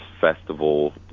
festival